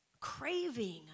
craving